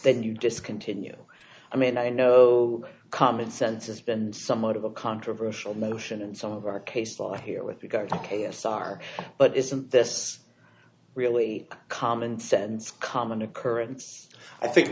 then you discontinue i mean i know commonsense has been somewhat of a controversial motion and some of our case thought here with regard to k s r but isn't this really common sense common occurrence i think